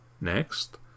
Next